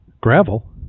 Gravel